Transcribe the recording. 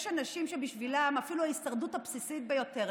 יש אנשים שבשבילם אפילו ההישרדות הבסיסית ביותר,